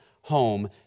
home